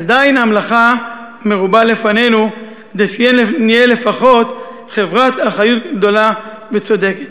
עדיין המלאכה מרובה לפנינו כדי שנהיה לפחות חברת אחריות גדולה וצודקת.